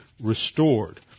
restored